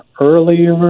earlier